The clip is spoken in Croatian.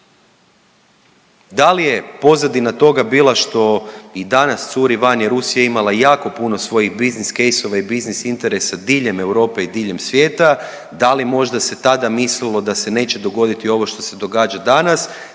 Da li je pozadina toga bila što i danas curi van jer Rusija je imala jako puno svojih biznis kejsova, i biznis interesa diljem Europe i diljem svijeta, da li možda se tada mislilo da se neće dogoditi ovo što se događa danas?